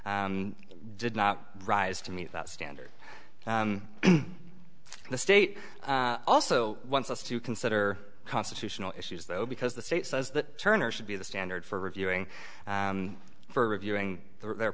s did not rise to meet that standard and the state also wants us to consider constitutional issues though because the state says that turner should be the standard for reviewing for reviewing their